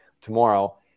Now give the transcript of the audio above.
tomorrow